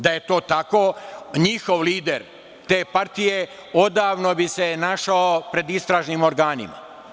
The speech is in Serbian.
Da je to tako, njihov lider, te partije, odavno bi se našao pred istražnim organima.